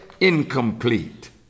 incomplete